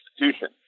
institution